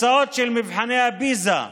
התוצאות של מבחני הפיז"ה